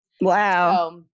Wow